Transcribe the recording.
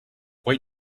wait